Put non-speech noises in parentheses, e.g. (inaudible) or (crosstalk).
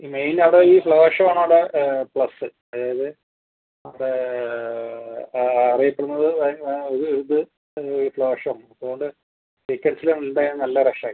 main അവിടെ ഈ flower show ആണ് അവിടെ പ്ലസ് അതായത് അവിടെ (unintelligible) ഒരു ഇത് അത് ഈ ഫ്ലവർ ഷോ അതുകൊണ്ട് ടിക്കറ്റ്സിൽ എന്തായാലും നല്ല റഷ് ആയിരിക്കും